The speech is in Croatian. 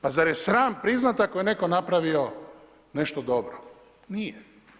Pa zar je sram priznati ako je netko napravio nešto dobro, nije.